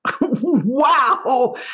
Wow